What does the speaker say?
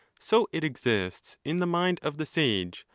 so it exists in the mind of the sage,